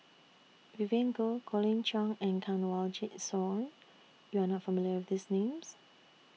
Vivien Goh Colin Cheong and Kanwaljit Soin YOU Are not familiar with These Names